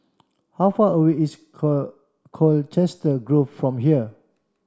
how far away is Colchester Grove from here